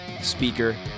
speaker